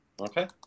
Okay